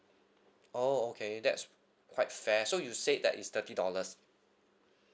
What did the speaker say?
oh okay that's quite fair so you said that it's thirty dollars